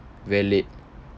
very late